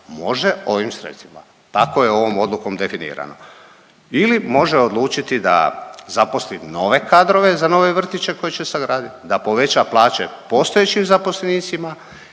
Može ovim sredstvima tako je ovom odlukom definirano ili može odlučiti da zaposli nove kadrove za nove vrtiće koje će sad raditi, da poveća plaće postojećim zaposlenicima,